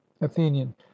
athenian